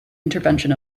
intervention